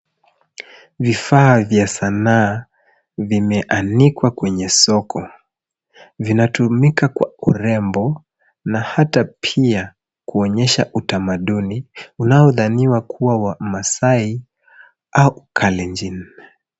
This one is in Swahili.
Vifaa vya sanaa vimeanikwa kwenye soko. Vinatumika kwa urembo na hata pia kuonyesha utamaduni unaodhaniwa kuwa wa maasai au kalenjin.